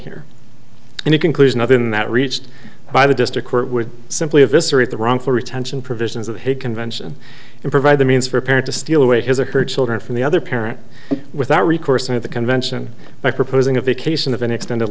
here in a conclusion other than that reached by the district court would simply eviscerate the wrongful retention provisions of the hague convention and provide the means for a parent to steal away his or her children from the other parent without recourse to the convention by proposing a vacation of an extended